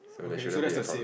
okay that's the same